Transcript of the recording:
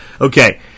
Okay